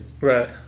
Right